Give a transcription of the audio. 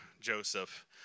Joseph